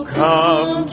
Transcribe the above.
come